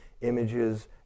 images